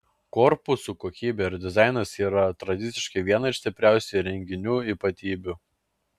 korpusų kokybė ir dizainas yra tradiciškai viena iš stipriausių įrenginių ypatybių